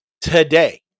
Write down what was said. today